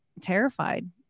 terrified